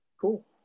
cool